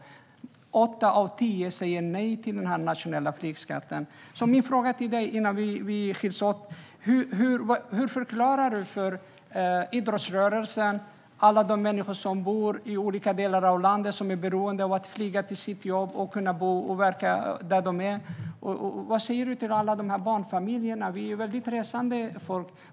Åtta av tio säger nej till den nationella flygskatten. En fråga till dig, Rikard Larsson, innan vi skils åt: Hur förklarar du detta för idrottsrörelsen, för alla de människor som är beroende av att flyga till jobbet för att kunna bo och verka i olika delar av landet, för alla barnfamiljer? Vi är ett resande folk.